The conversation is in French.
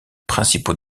principaux